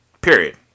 Period